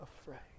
afraid